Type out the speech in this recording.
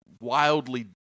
wildly